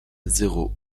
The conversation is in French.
zéro